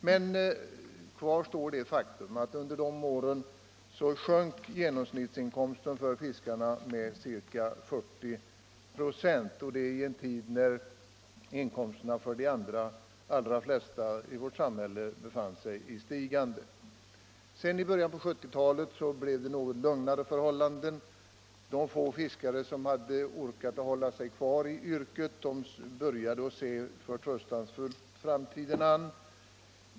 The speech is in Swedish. Kvar står dock det faktum att genomsnittsinkomsten för fiskarna under dessa år sjönk med ca 40 96 — och det i en tid då inkomsten för de allra flesta i vårt samhälle befann sig i stigande. I början av 1970-talet blev förhållandena något lugnare, och de få fiskare som hade orkat hålla sig kvar i yrket började se förtröstansfullt på framtiden.